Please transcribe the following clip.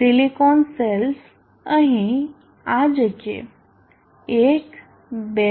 silicon cells અહીં આ જગ્યે એક બે